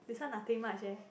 this one nothing much eh